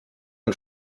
und